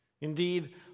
Indeed